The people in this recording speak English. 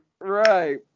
right